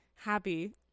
happy